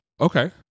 Okay